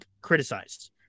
criticized